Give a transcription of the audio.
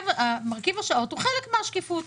מרכיב השעות הוא חלק משקיפות.